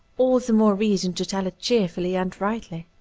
all the more reason to tell it cheerfully and brightly.